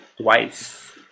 twice